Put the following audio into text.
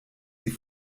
sie